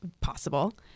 possible